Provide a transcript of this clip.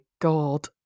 God